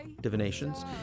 divinations